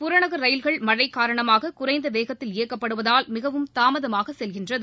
புறநகர் ரயில்கள் மழை காரணமாக குறைந்த வேகத்தில் இயக்கப்படுவதால் மிகவும் தாமதமாக செல்கின்றது